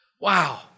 Wow